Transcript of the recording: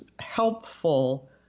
helpful